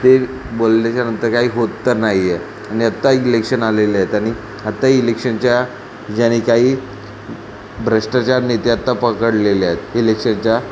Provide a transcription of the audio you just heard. ते बोलल्याच्यानंतर काही होत तर नाही आहे आणि आत्ता इलेक्शन आलेले आहेत आणि आत्ता इलेक्शनच्या ज्याने काही भ्रष्टाचार नेते आता पकडलेले आहेत इलेक्शनच्या